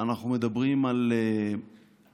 אנחנו מדברים על אי-הבנות,